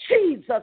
Jesus